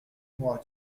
moi